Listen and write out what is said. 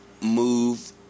move